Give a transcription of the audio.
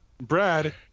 Brad